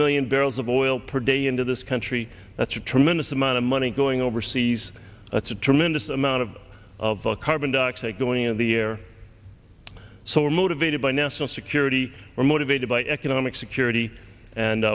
million barrels of oil per day into this country that's a tremendous amount of money going overseas that's a tremendous amount of the carbon dioxide going in the air so we're motivated by national security are motivated by economic security